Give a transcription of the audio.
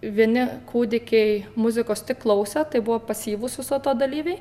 vieni kūdikiai muzikos tik klausė tai buvo pasyvūs viso to dalyviai